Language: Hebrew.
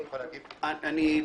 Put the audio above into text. בבקשה,